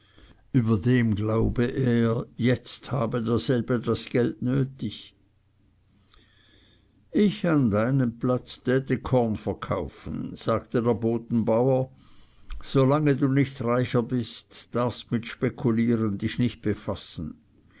überdem glaube er jetzt habe derselbe das geld nötig ich an deinem platz täte das korn verkaufen sagte der bodenbauer solange du nicht reicher bist darfst mit spekulieren dich nicht befassen